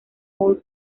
hole